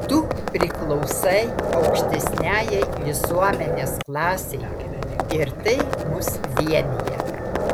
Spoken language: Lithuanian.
tu priklausai aukštesniajai visuomenės klasei ir tai mus vienija